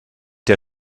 der